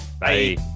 Bye